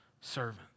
servant